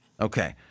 Okay